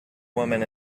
woman